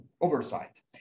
oversight